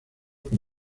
con